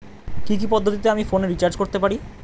কি কি পদ্ধতিতে আমি ফোনে রিচার্জ করতে পারি?